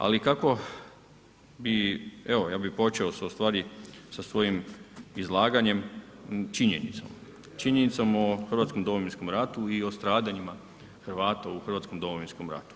Ali kako bi, evo, ja bih počeo sa ustvari sa svojim izlaganjem činjenicom, činjenicom o hrvatskom domovinskom ratu i o stradanjima Hrvata u hrvatskom domovinskom ratu.